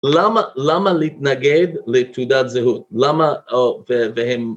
למה למה להתנגד לתעודת זהות? למה...